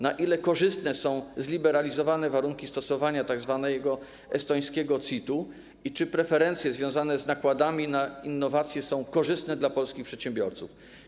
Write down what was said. Na ile korzystne są zliberalizowane warunki stosowania tzw. estońskiego CIT-u i czy preferencje związane z nakładami na innowacje są korzystne dla polskich przedsiębiorców?